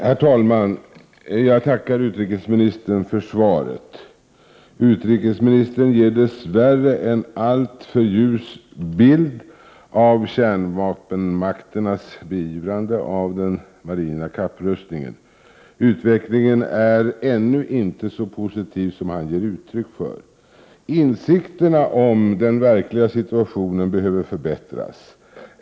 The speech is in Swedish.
Herr talman! jag tackar utrikesministern för svaret. Utrikesministern ger dess värre en alltför ljus bild av kärnvapenmakternas beivrande av den marina kapprustningen. Utvecklingen är ännu inte så positiv som han ger uttryck för. Insikterna om den verkliga situationen behöver förbättras.